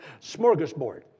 smorgasbord